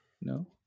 No